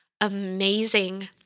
amazing